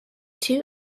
two